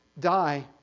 die